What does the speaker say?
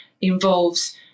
involves